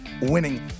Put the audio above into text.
winning